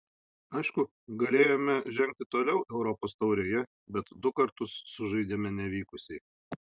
aišku galėjome žengti toliau europos taurėje bet du kartus sužaidėme nevykusiai